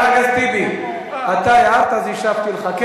חבר הכנסת טיבי, אתה הערת אז השבתי לך.